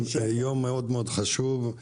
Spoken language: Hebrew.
זה יום מאוד מאוד חשוב,